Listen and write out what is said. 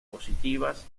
positivas